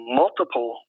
multiple